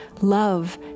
Love